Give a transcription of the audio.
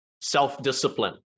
self-discipline